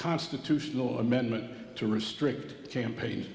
constitutional amendment to restrict campaign